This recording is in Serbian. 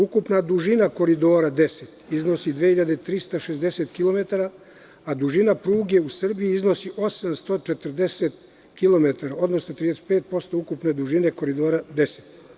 Ukupna dužina Koridora 10 iznosi 2.360 kilometara, a dužina pruge u Srbiji iznosi 840 kilometara, odnosno 35% ukupne dužine Koridora 10.